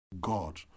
God